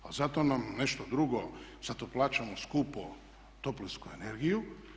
Pa zato nam nešto drugo, zato plaćamo skupo toplinsku energiju.